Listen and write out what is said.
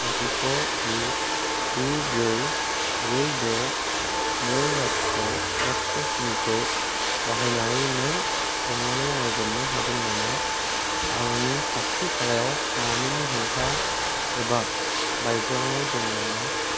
लाथिख' गु गु ब्रै ब्रै द' नै लाथिख' लाथिख' स्निखौ बाहायनानै नों अननानै नायग्रोमनो हागोन नामा आंनि खाथि खालायाव मावमिननि हेंथा एबा बायग्लांनाय दं नामा